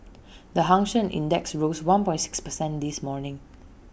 the hang Seng index rose one point six percent this morning